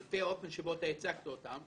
על פי האופן שאתה הצגת אותן,